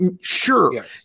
Sure